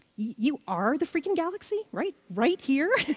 you are the freaking galaxy, right? right here.